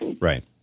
Right